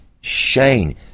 Shane